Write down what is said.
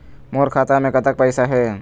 मोर खाता मे कतक पैसा हे?